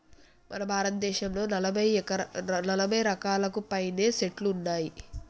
మన భారతదేసంలో నలభై రకాలకు పైనే సెట్లు ఉన్నాయి